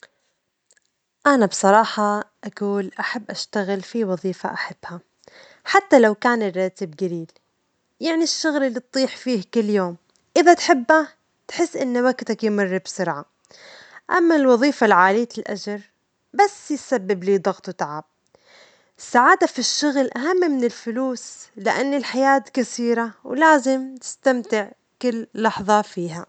أنا بصراحة أجول أحب أشتغل في وظيفة أحبها حتى لو كان الراتب جليل، يعني الشغل اللي تطيح فيه كل يوم إذا تحبه ،تحس أن وجتك يمر بسرعة، أما الوظيفة العالية الأجر، بس تسبب لي ضغط تعب، السعادة في الشغل أهم من الفلوس لأن الحياة جصيرة، ولازم تستمتع بكل لحظة فيها.